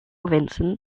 vincent